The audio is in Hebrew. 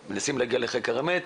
כאן זה מתפרץ בצורה של שריפת חנויות.